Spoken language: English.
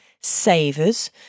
savers